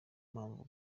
mpamvu